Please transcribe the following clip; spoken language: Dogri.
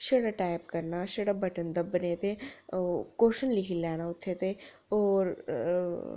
छड़ा टाईप करना छड़ा बटन दब्बने ते ओह् क्वशचन लिखी लैना उत्थै ते ओह् अ